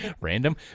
Random